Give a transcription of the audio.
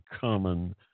common